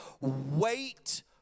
wait